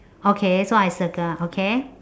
okay so I circle ah okay